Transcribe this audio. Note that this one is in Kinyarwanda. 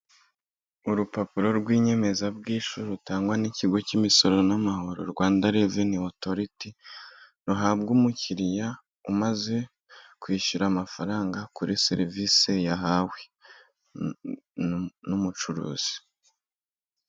Urupapuro rw'inyemezabwishyu rutangwa n'ikigo cy'imisoro n'amahoro, Rwanda reveni otoriti, ruhabwa umukiriya umaze kwishyura amafaranga kuri serivisi yahawe n'umucuruzi.